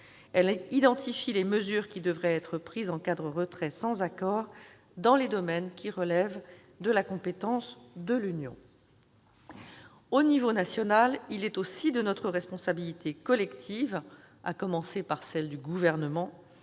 elle identifie les mesures qui devraient être prises en cas de retrait sans accord dans les domaines qui relèvent de la compétence de l'Union. À l'échelon national, il est aussi de notre responsabilité collective, à commencer par celle du Gouvernement,